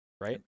Right